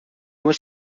was